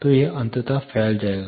तो यह अंततः फैल जाएगा